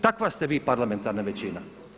Takva ste vi parlamentarna većina.